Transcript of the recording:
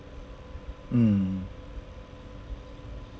mm